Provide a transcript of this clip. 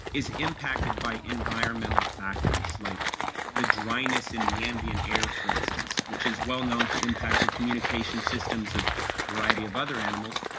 is impacted by environmental factors like the dryness in the ambient air for instance, which is well known to impact the communication systems of a variety of other animals.